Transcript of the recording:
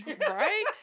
right